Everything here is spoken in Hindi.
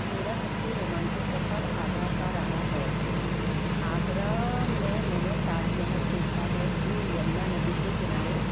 मेरा सबसे रोमांचक सफर आगरा का रहा है आगरा में मैंने ताजमहल देखा है जो यमुना नदी के किनारे